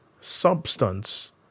substance